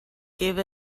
gave